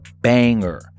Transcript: banger